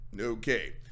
Okay